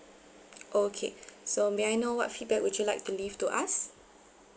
okay so may I know what feedback would you like to leave to us